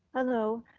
hello.